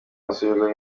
asubira